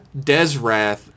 Desrath